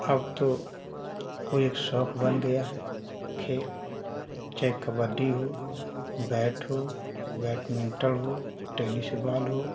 अब तो वह एक शौक़ बन गई है खेल चाहे कबड्डी हो बैट हो बैडमिन्टन हो टेनिस बॉल हो